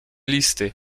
listy